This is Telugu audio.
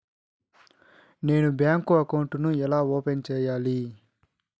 నేను బ్యాంకు అకౌంట్ ను ఎలా ఓపెన్ సేయాలి?